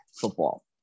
football